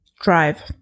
drive